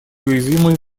уязвимые